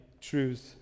truths